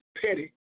petty